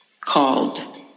Called